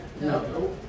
No